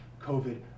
COVID